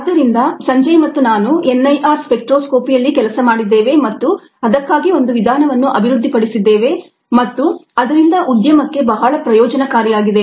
ಆದ್ದರಿಂದ ಸಂಜಯ್ ಮತ್ತು ನಾನು ಎನ್ಐಆರ್ ಸ್ಪೆಕ್ಟ್ರೋಸ್ಕೋಪಿಯಲ್ಲಿ ಕೆಲಸ ಮಾಡಿದ್ದೇವೆ ಮತ್ತು ಅದಕ್ಕಾಗಿ ಒಂದು ವಿಧಾನವನ್ನು ಅಭಿವೃದ್ಧಿಪಡಿಸಿದ್ದೇವೆ ಮತ್ತು ಅದರಿಂದ ಉದ್ಯಮಕ್ಕೆ ಬಹಳ ಪ್ರಯೋಜನಕಾರಿಯಾಗಿದೆ